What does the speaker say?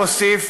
הוא הוסיף,